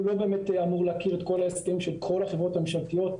הוא לא באמת אמור להכיר את כל ההסכמים של כל החברות הממשלתיות,